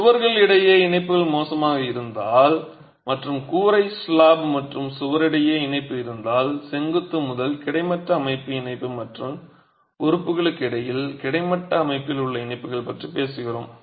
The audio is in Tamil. சுவர்கள் இடையே இணைப்புகள் மோசமாக இருந்தால் மற்றும் கூரை ஸ்லாப் மற்றும் சுவர் இடையே இணைப்பு இருந்தால் செங்குத்து முதல் கிடைமட்ட அமைப்பு இணைப்பு மற்றும் உறுப்புகளுக்கு இடையில் கிடைமட்ட அமைப்பில் உள்ள இணைப்புகள் பற்றி பேசுகிறோம்